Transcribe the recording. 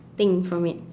thing from it